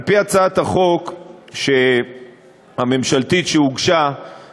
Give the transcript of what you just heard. על-פי הצעת החוק הממשלתית שהוגשה,